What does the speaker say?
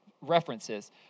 references